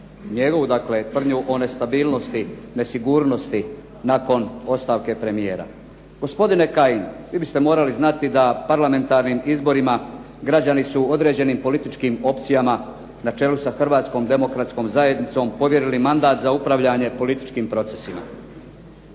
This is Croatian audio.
njegovu tvrdnju o nestabilnosti, nesigurnosti nakon ostavke premijera. Gospodine Kajin, vi biste morali znati da parlamentarnim izborima građani su određenim političkim opcijama na čelu sa Hrvatskom demokratskom zajednicom povjerili mandata za upravljanje političkim procesima.